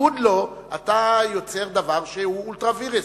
בניגוד לו, אתה יוצר דבר שהוא ultra vires,